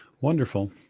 wonderful